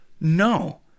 no